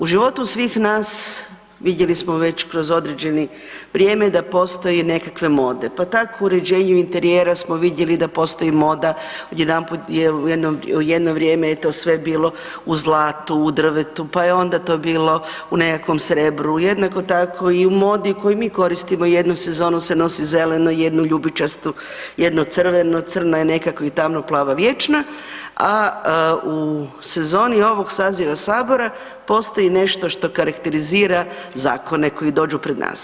U životu svih nas vidjeli smo već kroz određeno vrijeme da postoje nekakve mode, pa tako u uređenju interijera smo vidjeli da postoji moda odjedanput jedno vrijeme je to sve bilo u zlatu, u drvetu, pa je onda to bilo u nekakvom srebru, jednako tako i u modi koju mi koristimo jednu sezonu se nosi zeleno, jednu ljubičasto, jedno crveno, crna je nekako i tamnoplava vječna, a u sezoni ovog saziva Sabora postoji nešto što karakterizira zakone koji dođu pred nas.